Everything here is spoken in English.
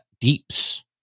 Deeps